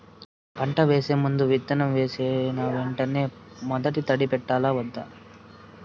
పంట వేసే ముందు, విత్తనం వేసిన వెంటనే మొదటి తడి పెట్టాలా వద్దా?